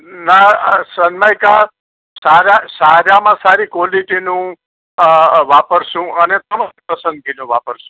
ના સનમાઇકા સારા સારામાં સારી ક્વોલિટીનું વાપરીશું અને તમારી પસંદગીનું વાપરીશું